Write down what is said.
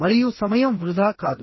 మరియు సమయం వృధా కాదు